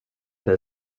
dig